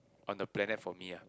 on the planet for me ah